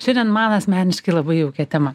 šiandien man asmeniškai labai jaukia tema